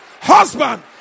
husband